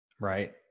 Right